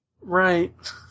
right